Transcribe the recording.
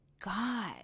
God –